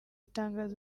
tangazo